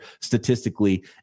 statistically